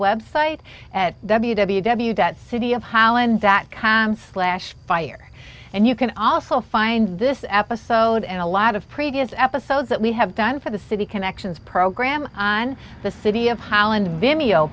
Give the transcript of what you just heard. web site at w w w that city of holland that comes fire and you can also find this episode and a lot of previous episodes that we have done for the city connections program on the city of holland video